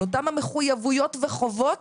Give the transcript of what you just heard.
על אותן המחויבויות וחובות